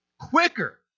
quicker